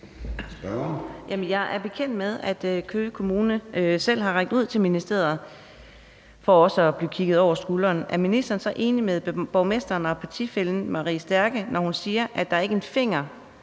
jeg er bekendt med, at Køge Kommune selv har rakt ud til ministeriet for at blive kigget over skulderen. Er ministeren så enig med borgmesteren og partifællen Marie Stærke, når hun siger, at der ikke er en finger